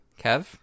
Kev